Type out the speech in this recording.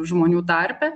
žmonių tarpe